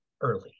early